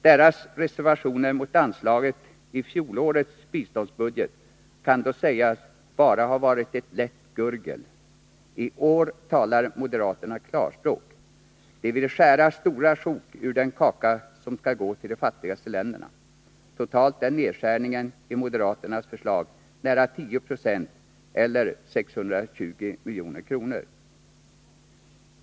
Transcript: Deras reservationer mot anslaget i fjolårets biståndsbudget kan då sägas bara ha varit ett lätt gurgel; i år talar moderaterna klarspråk: de vill skära stora sjok ur den kaka som skall gå till de fattigaste länderna. Totalt är nedskärningen i moderaternas förslag nära 10 26 eller 620 milj.kr.